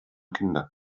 kinder